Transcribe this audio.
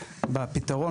בפתרון,